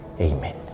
Amen